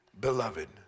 beloved